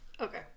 Okay